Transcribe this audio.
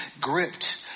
gripped